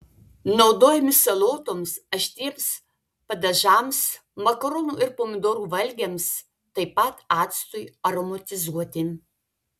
naudojami salotoms aštriems padažams makaronų ir pomidorų valgiams taip pat actui aromatizuoti